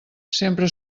sempre